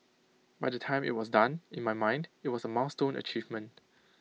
by the time IT was done in my mind IT was A milestone achievement